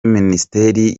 ministeri